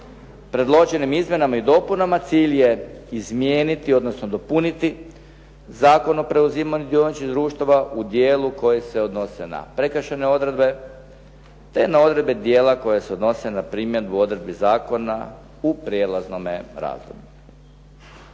predloženim izmjenama i dopunama cilj je izmijeniti, odnosno dopuniti Zakon o preuzimanju dioničkih društava u dijelu koji se odnose na prekršajne odredbe, te na odredbe dijela koje se odnose na primjedbu odredbi zakona u prijelaznome razdoblju.